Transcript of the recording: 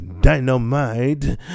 dynamite